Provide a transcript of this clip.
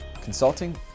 consulting